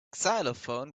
xylophone